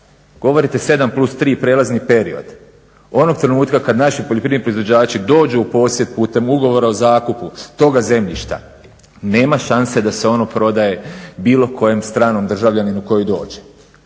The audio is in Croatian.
Govorite 7 plus 3 prijelazni period – onog trenutka kad naši poljoprivredni proizvođači dođu u posjed putem ugovora o zakupu toga zemljišta nema šanse da se ono prodaje bilo kojem stranom državljaninu koji dođe.